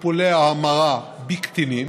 טיפולי ההמרה בקטינים